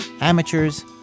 Amateurs